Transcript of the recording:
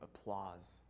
applause